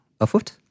afoot